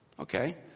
Okay